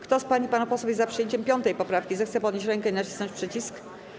Kto z pań i panów posłów jest za przyjęciem 5. poprawki, zechce podnieść rękę i nacisnąć przycisk.